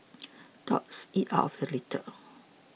dogs eat out of the litter